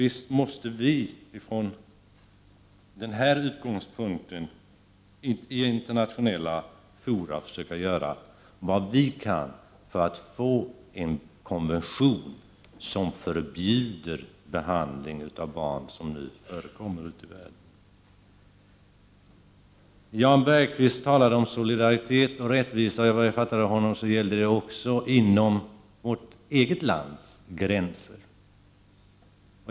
Visst måste vi från den här utgångspunkten försöka göra vad vi kan i internationella fora för att få en konvention, i vilken den behandling som förekommer av barn i vissa delar av världen förbjuds. Jan Bergqvist talade om solidariet och rättvisa. Om jag förstod honom rätt gällde det också inom vårt eget lands gränser.